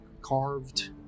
carved